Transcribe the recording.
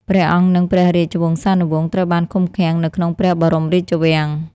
ព្រះអង្គ និងព្រះរាជវង្សានុវង្សត្រូវបានឃុំឃាំងនៅក្នុងព្រះបរមរាជវាំង។